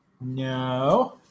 no